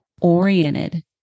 oriented